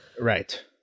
right